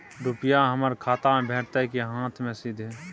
रुपिया हमर खाता में भेटतै कि हाँथ मे सीधे?